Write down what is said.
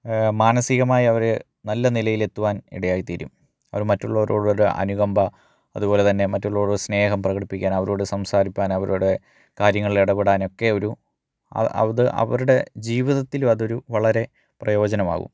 മനസികമായവര് നല്ല നിലയിലെത്തുവാൻ ഇടയായി തീരും അത് മറ്റുള്ളവരോടുള്ള അനുകമ്പ അതുപോലെ തന്നെ മറ്റുള്ളവരോടുള്ള സ്നേഹം പ്രകടിപ്പിക്കാനവരോട് സംസാരിപ്പാൻ അവരുടെ കാര്യങ്ങളിൽ ഇടപെടാനൊക്കെ ഒരു അത് അവരുടെ ജീവിതത്തിലും അതൊരു വളരെ പ്രയോജനമാകും